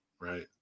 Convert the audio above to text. right